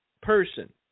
person